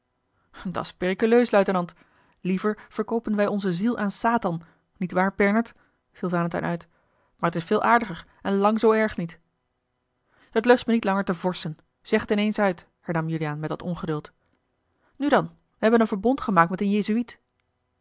munters dat's periculeus luitenant liever verkoopen wij onze ziel aan satan niet waar bernard viel valentijn uit maar t is veel aardiger en lang zoo erg niet het lust me niet langer te vorschen zeg het in eens uit hernam juliaan met wat ongeduld nu dan wij hebben een verbond gemaakt met een